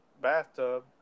bathtub